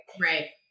Right